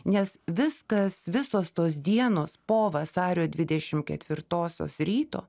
nes viskas visos tos dienos po vasario dvidešimt ketvirtosios ryto